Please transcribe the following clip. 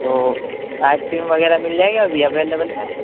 تو ice cream وغیرہ مل جائے گی ابھی اویلیبل ہے